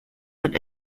sind